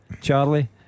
Charlie